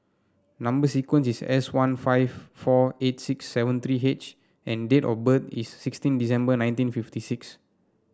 number sequence is S one five four eight six seven three H and date of birth is sixteen December nineteen fifty six